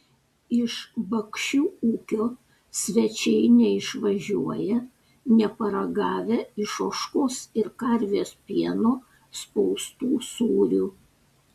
iš bakšių ūkio svečiai neišvažiuoja neparagavę iš ožkos ir karvės pieno spaustų sūrių